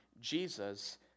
jesus